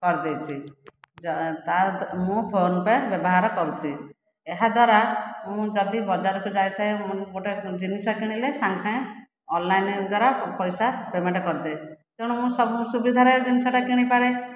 କରିଦେଇଛି ଯାହା ମୁଁ ଫୋନ୍ ପେ' ବ୍ୟବହାର କରୁଛି ଏହାଦ୍ୱାରା ମୁଁ ଯଦି ବଜାରକୁ ଯାଇଥାଏ ମୁଁ ଗୋଟିଏ ଜିନିଷ କିଣିଲେ ସାଙ୍ଗେ ସାଙ୍ଗେ ଅନଲାଇନ୍ ଦ୍ୱାରା ପଇସା ପେମେଣ୍ଟ୍ କରିଦିଏ ତେଣୁ ମୁଁ ସବୁ ସୁବିଧାରେ ଜିନିଷ ଟା କିଣିପାରେ